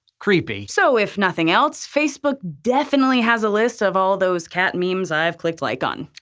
creepy. so if nothing else, facebook definitely has a list of all those cat memes i've clicked like on.